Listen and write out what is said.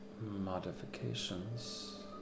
modifications